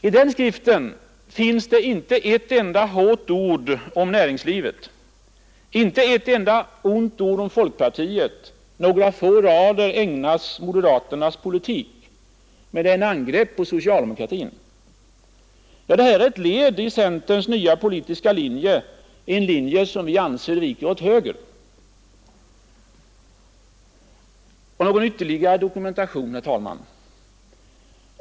I den skriften finns inte ett enda hårt ord om näringslivet, inte ett enda ont ord om folkpartiet och några få rader ägnas moderaternas politik. Men skriften är ett angrepp på socialdemokratin. Den är ett led i centerns nya politiska linje, en linje som vi anser viker åt höger. Jag vill ge ytterligare dokumentation, herr talman!